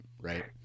Right